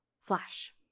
flash